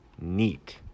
Neat